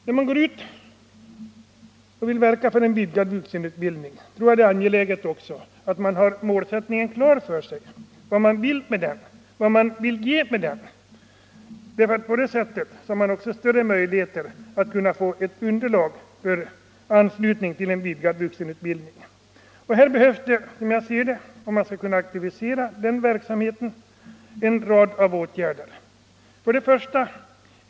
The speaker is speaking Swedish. När man går ut och vill verka för en vidgad vuxenutbildning, tror jag det är angeläget att man har klart för sig vilken målsättningen är —- vad man vill ge med denna utbildning. På det sättet har man större möjligheter att få underlag för anslutning till vidgad vuxenutbildning. Som jag ser det behövs här, om man skall kunna aktivera den verksamheten, en rad åtgärder: 1.